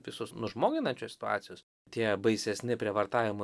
visos nužmoginančios situacijos tie baisesni prievartavimo